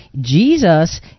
Jesus